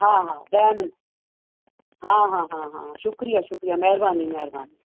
हा हा ॾह मिन्ट हा हा हा हा शुक्रिया शुक्रिया महिरबानी महिरबानी